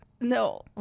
No